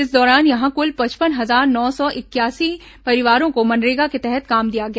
इस दौरान यहां कुल पचपन हजार नौ सौ इकयासी परिवारों को मनरेगा के तहत काम दिया गया